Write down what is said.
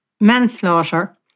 manslaughter